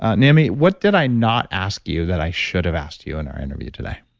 ah naomi, what did i not ask you that i should have asked you in our interview today?